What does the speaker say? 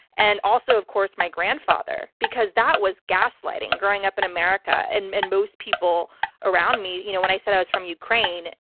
and also, of course, my grandfather. because that was gaslighting. growing up in america and and most people around me, you know when i said i was from ukraine,